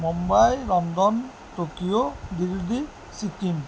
Mumbai London Tokyo Delhi Sikkim